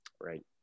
Right